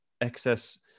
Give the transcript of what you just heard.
excess